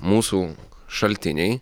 mūsų šaltiniai